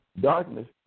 Darkness